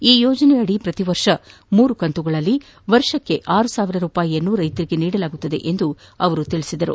ಈ ಯೋಜನೆಯಡಿ ಪ್ರತಿ ವರ್ಷ ಮೂರು ಕಂತುಗಳಲ್ಲಿ ವರ್ಷಕ್ಕೆ ಆರು ಸಾವಿರ ರೂಪಾಯಿಯನ್ನು ರೈತರಿಗೆ ನೀಡಲಾಗುತ್ತಿದೆ ಎಂದು ಅವರು ಹೇಳಿದರು